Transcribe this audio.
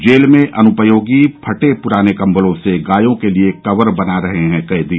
jail में अनुपयोगी फटे पुराने कम्बलों से गायों के लिए कवर बना रहे हैं कैदी